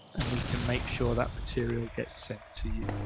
and we can make sure that material gets sent to you.